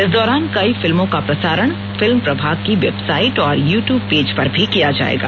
इस दौरान कई फिल्मों का प्रसारण फिल्म प्रभाग की वेबसाइट और यूट्यूब पेज पर भी किया जाएगा